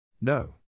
No